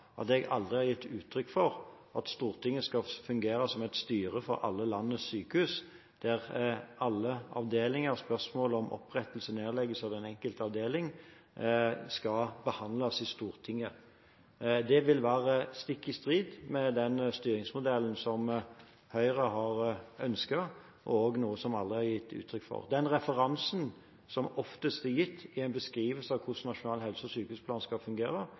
jeg aldri har gitt uttrykk for at Stortinget skal fungere som et styre for alle landets sykehus, der alle avdelinger og spørsmål om opprettelse og nedleggelse av den enkelte avdeling skal behandles i Stortinget. Det vil være stikk i strid med den styringsmodellen som Høyre har ønsket, noe som det allerede er gitt uttrykk for. Den referansen som oftest er gitt i en beskrivelse av hvordan en nasjonal helse- og sykehusplan skal fungere,